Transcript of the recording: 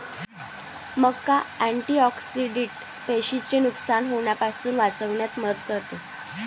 मका अँटिऑक्सिडेंट पेशींचे नुकसान होण्यापासून वाचविण्यात मदत करते